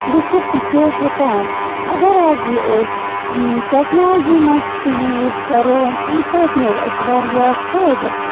لیٖکھِتھ تہِ چھِ ہٮ۪کان اگر حظ یہِ أسۍ ٹٮ۪کنالجی مںٛز تہِ یوٗز کَرون اَمہِ سۭتۍ میلہِ اَسہِ واریاہ فٲیدٕ